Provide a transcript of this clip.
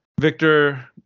Victor